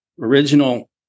original